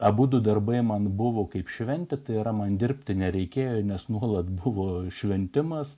abudu darbai man buvo kaip šventė tai yra man dirbti nereikėjo nes nuolat buvo šventimas